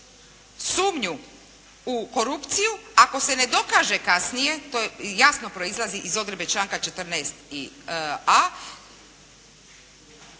sumnju u korupciju ako se ne dokaže kasnije to jasno proizlazi iz odredbe članka 14a.